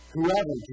Whoever